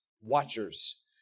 Watchers